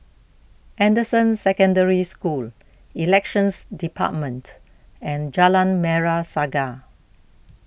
Anderson Secondary School Elections Department and Jalan Merah Saga